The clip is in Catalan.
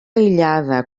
aïllada